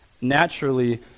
naturally